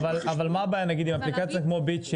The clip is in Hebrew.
אבל מה הבעיה נגיד עם אפליקציה כמו ביט,